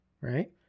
right